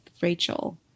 Rachel